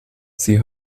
sie